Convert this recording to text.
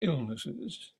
illnesses